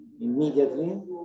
immediately